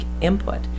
input